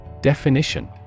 Definition